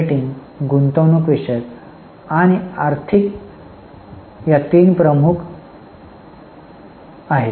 operating गुंतवणूक विषयक आर्थिक करणार्या तीन प्रमुख आहेत